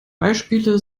beispiele